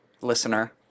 listener